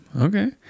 Okay